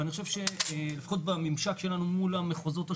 אני חושב שלפחות בממשק שלנו מול המחוזות השונות,